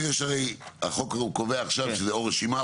החוק קובע עכשיו שזה או רשימה,